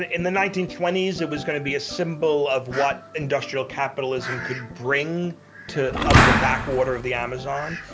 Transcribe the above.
in the nineteen twenty s it was going to be a symbol of what industrial capitalism could bring to ah the backwater of the amazon.